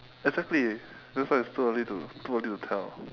exactly that's why it's too early to too early to tell